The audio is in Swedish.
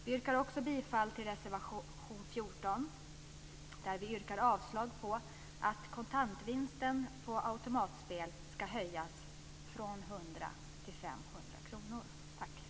Vi yrkar också bifall till reservation 14, där vi yrkar avslag på förslaget att kontantvinsten på automatspel skall höjas från 100 till